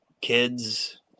kids